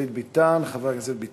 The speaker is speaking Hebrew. אבל להמשיך פיילוט